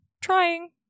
trying